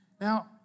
Now